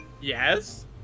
Yes